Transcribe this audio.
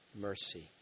mercy